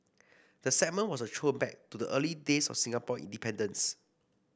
the segment was a throwback to the early days of Singapore independence